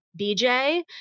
BJ